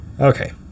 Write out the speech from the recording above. Okay